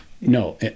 no